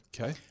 Okay